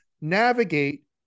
navigate